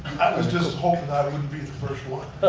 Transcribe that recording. was just hoping i wouldn't be the first one.